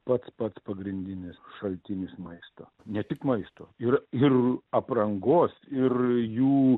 pats pats pagrindinis šaltinis maisto ne tik maisto ir ir aprangos ir jų